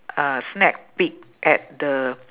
uh snack peek at the